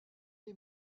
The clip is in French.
les